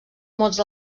mots